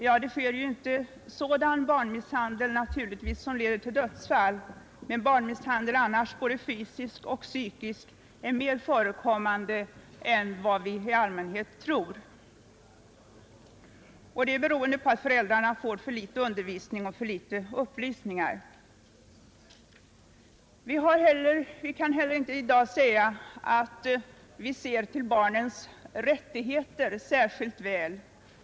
Ja, det sker ju vanligen inte sådan barnmisshandel naturligtvis som leder till dödsfall, men barnmisshandel — både fysisk och psykisk — är mer förekommande än vad vi i allmänhet tror. Det beror bl.a. på att föräldrarna får för litet undervisning och för litet upplysningar. Vi kan heller inte i dag säga att vi ser till barnens rättigheter särskilt väl.